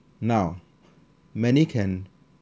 now many can